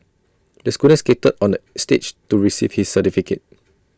the student skated on the stage to receive his certificate